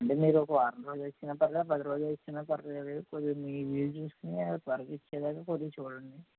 అంటే మీరు ఒక వారం రోజుల్లో ఇచ్చినా పర్లేదు పది రోజుల్లో ఇచ్చినా పర్లేదు కొద్దిగా మీ వీలు చూసుకుని అవి త్వరగా ఇచ్చేలాగా కొద్దిగా చూడండి